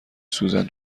سوزن